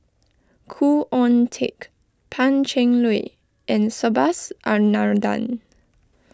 Khoo Oon Teik Pan Cheng Lui and Subhas Anandan